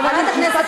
חברת הכנסת